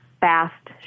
fast